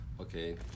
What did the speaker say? Okay